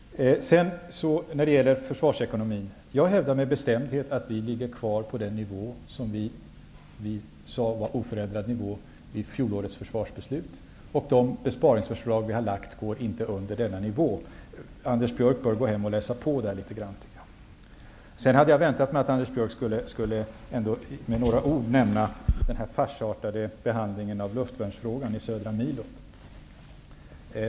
När det gäller försvarsekonomin hävdar jag med bestämdhet att vi ligger kvar på den nivå som vi sade var en oförändrad nivå vid fjolårets försvarsbeslut. De besparingsförslag vi har lagt fram går inte under denna nivå. Anders Björck bör gå hem och läsa på litet grand. Jag hade väntat mig att Anders Björck ändå med några ord skulle nämna den farsartade behandlingen av luftvärnsfrågan i Södra milområdet.